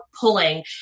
pulling